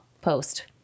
post